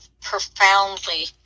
profoundly